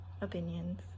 opinions